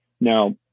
Now